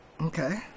Okay